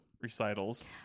recitals